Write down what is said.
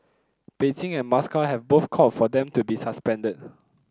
Beijing and Moscow have both called for them to be suspended